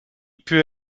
put